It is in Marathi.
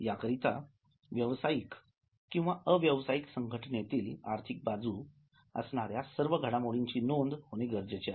याकरिता व्यावसायिक किंवा अव्यवसायिक संघटनेतील आर्थिक बाजू असणाऱ्या सर्व घडामोडीं ची नोंद होणे गरजेचे आहे